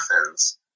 Athens